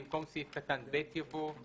במקום סעיף קטן (ב) יבוא: